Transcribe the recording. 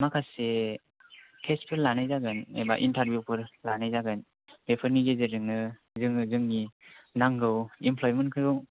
माखासे तेस्तफोर लानाय जागोन एबा इन्टारभिउफोर लानाय जागोन बेफोरनि गेजेरजोंनो जोङो जोंनि नांगौ इमप्लयमेन्टखौ